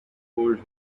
hold